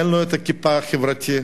אין לו הכיפה החברתית,